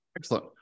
Excellent